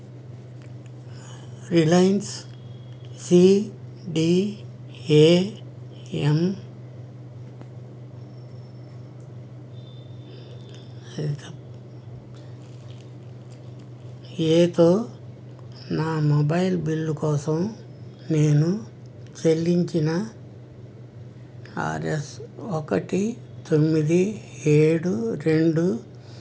Reliance C D A M ఏతో A తో నా మొబైల్ బిల్లు కోసం నేను చెల్లించిన ఆర్ ఎస్ ఒకటి తొమ్మిది ఏడు రెండు